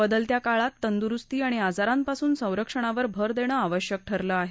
बदलत्या काळात तंदुरुस्ती आणि आजारांपासून संरक्षणावर भर देणं आवश्यक ठरलं आहे